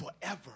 forever